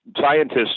scientists